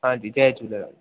हांजी जय झूलेलाल